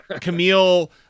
Camille